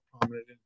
prominent